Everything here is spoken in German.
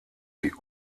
die